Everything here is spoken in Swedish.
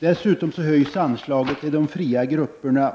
Dessutom höjs anslaget till de fria grupperna.